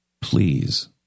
please